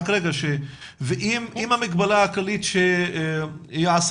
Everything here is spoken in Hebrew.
ראיתי גם נתון שרוב ההדבקה לאו דווקא עוברת